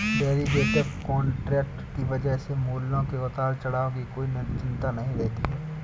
derivative contract की वजह से मूल्यों के उतार चढ़ाव की कोई चिंता नहीं रहती है